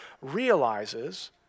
realizes